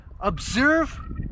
observe